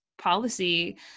policy